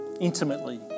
intimately